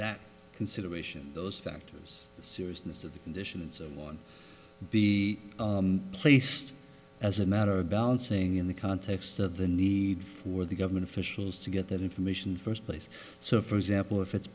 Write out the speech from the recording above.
that consideration those factors the seriousness of the conditions of one be placed as a matter of balancing in the context of the need for the government officials to get that information first place so for example if it's